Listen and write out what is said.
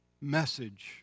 message